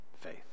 faith